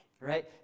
right